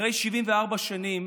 אחרי 74 שנים